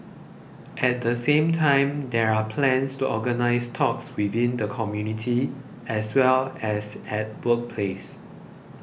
at the same time there are plans to organise talks within the community as well as at workplace